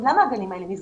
למה הגנים האלה נסגרים?